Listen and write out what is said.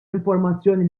informazzjoni